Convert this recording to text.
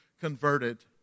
converted